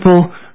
people